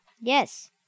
Yes